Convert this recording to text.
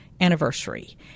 anniversary